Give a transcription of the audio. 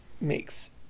makes